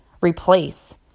replace